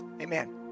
amen